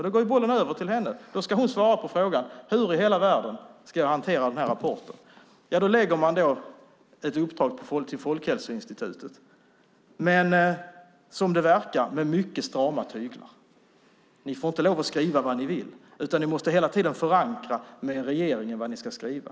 Då går bollen över till henne. Då ska hon svara på frågan: Hur i hela världen ska vi hantera den här rapporten? Ja, då ger man ett uppdrag till Folkhälsoinstitutet men, som det verkar, med mycket strama tyglar: Ni får inte lov att skriva vad ni vill, utan ni måste hela tiden förankra hos regeringen vad ni ska skriva.